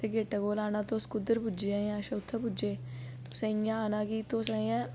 ते गेट कौल आना तुस कुत्थै पुज्जे अच्छा तुस उत्थै पुज्जे तुसें इ'यां आना कि